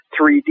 3d